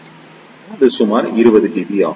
எனவே இது சுமார் 20 dB